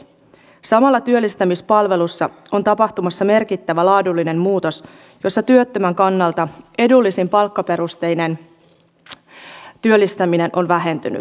samalla työllistämispalvelussa on tapahtumassa merkittävä laadullinen muutos jossa työttömän kannalta edullisin palkkaperusteinen työllistäminen on vähentynyt